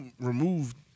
removed